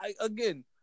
again